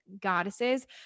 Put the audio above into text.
goddesses